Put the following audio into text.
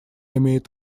имеет